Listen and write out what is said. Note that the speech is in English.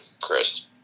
Chris